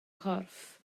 corff